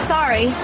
Sorry